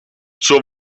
zur